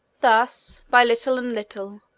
thus, by little and little,